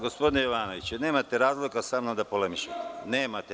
Gospodine Jovanoviću, nemate razloga samnom da polemišete.